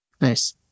nice